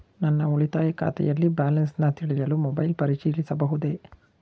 ನನ್ನ ಉಳಿತಾಯ ಖಾತೆಯಲ್ಲಿ ಬ್ಯಾಲೆನ್ಸ ತಿಳಿಯಲು ಮೊಬೈಲ್ ಪರಿಶೀಲಿಸಬಹುದೇ?